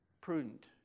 Prudent